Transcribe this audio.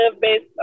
based